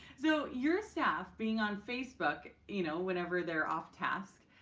so your staff being on facebook. you know whenever they're off task,